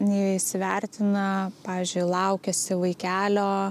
neįsivertina pavyzdžiui laukiasi vaikelio